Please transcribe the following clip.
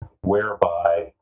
whereby